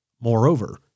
Moreover